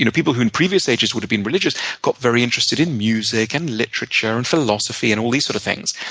you know people who in previous ages would have been religious got very interested in music and literature and philosophy and all these sort of things.